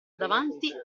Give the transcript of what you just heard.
davanti